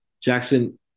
Jackson –